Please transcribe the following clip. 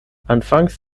anfangs